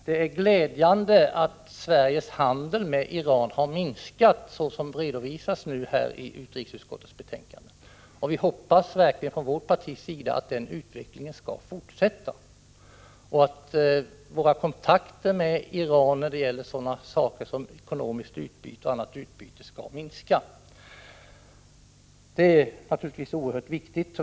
Det är glädjande att Sveriges handel med Iran har minskat, såsom här redovisas i utrikesutskottets betänkande. Från vårt partis sida hoppas vi verkligen att den utvecklingen skall fortsätta och att våra kontakter med Iran när det gäller ekonomiskt utbyte och annat utbyte skall minskas. Detta är naturligtvis oerhört viktigt.